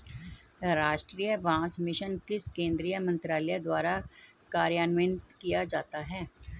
राष्ट्रीय बांस मिशन किस केंद्रीय मंत्रालय द्वारा कार्यान्वित किया जाता है?